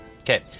Okay